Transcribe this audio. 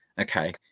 Okay